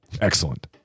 Excellent